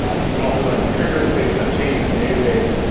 you can also run triggers based on changes in the database,